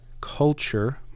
culture